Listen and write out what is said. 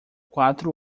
quatro